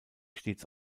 stets